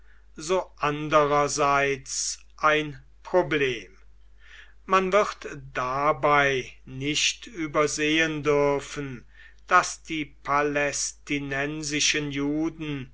so andererseits ein problem man wird dabei nicht übersehen dürfen daß die palästinensischen juden